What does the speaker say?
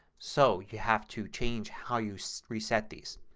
so you have to change how you so reset these.